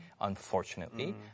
Unfortunately